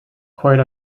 quite